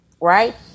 right